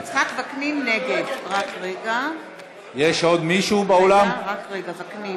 נגד יש עוד מישהו באולם שרוצה להצביע?